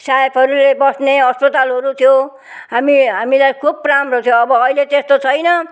साहेबहरले बस्ने अस्पतालहरू थियो हामी हामीलाई खुप् राम्रो थियो अब अहिले त्यस्तो छैन